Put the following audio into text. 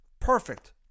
Perfect